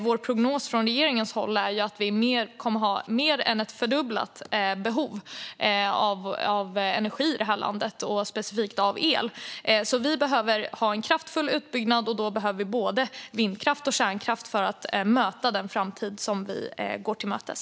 Vår prognos från regeringens håll är att vi kommer att ha mer än ett fördubblat behov av energi, specifikt av el, i detta land. Vi behöver alltså ha en kraftfull utbyggnad, och vi behöver både vindkraft och kärnkraft för att möta den framtid som vi går till mötes.